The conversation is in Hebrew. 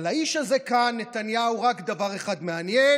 אבל את האיש הזה כאן, נתניהו, רק דבר אחד מעניין: